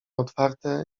otwarte